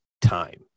time